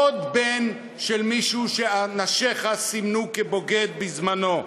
עוד בן של מישהו שאנשיך סימנו כבוגד, בזמנו.